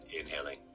inhaling